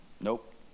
Nope